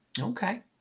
Okay